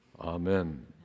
Amen